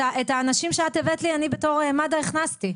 את האנשים שאת הבאת לי, אני בתור מד"א הכנסתי.